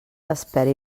despert